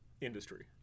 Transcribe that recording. industry